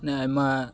ᱟᱭᱢᱟ